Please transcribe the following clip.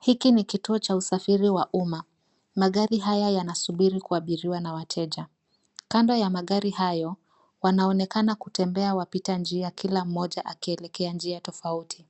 Hiki ni kituo ha usafiri wa umma, magari haya yanasubiri kuabiriwa na wateja. Kando ya magari hayo wanaonekana kutembea wapita njia kila mmoja akielekea njia tofauti.